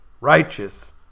righteous